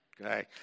Okay